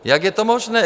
Jak je to možné?